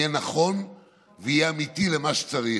נכון ואמיתי למה שצריך.